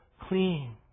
clean